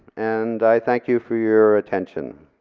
and i thank you for your attention.